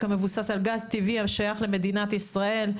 המבוסס על גז טבעי השייך למדינת ישראל.